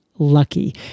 lucky